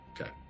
Okay